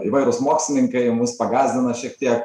įvairūs mokslininkai mus pagąsdina šiek tiek